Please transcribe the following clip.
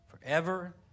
forever